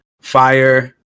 Fire